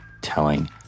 telling